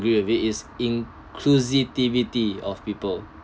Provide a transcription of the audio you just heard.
agree with it is inclusivity of people